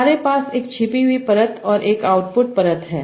हमारे पास एक छिपी हुई परत और एक आउटपुट परत है